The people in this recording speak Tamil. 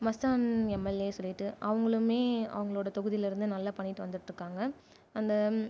மஸ்தான் எம்எல்ஏனு சொல்லிகிட்டு அவங்களுமே அவங்களுடைய தொகுதியில் இருந்து நல்லா பண்ணிக்கிட்டு வந்துகிட்டு இருக்காங்கள் அந்த